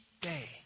day